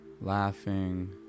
laughing